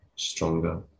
stronger